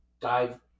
dive